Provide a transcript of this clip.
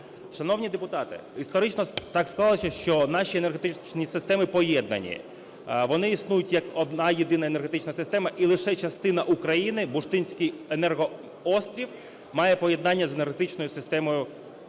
Шановні депутати, історично так склалося, що наші енергетичні системи поєднані. Вони існують як одна єдина енергетична система, і лише частина України, Бурштинський енергоострів, має поєднання з енергетичною системою